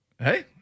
Hey